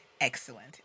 Excellent